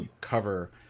cover